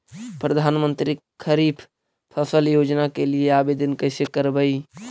प्रधानमंत्री खारिफ फ़सल योजना के लिए आवेदन कैसे करबइ?